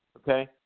Okay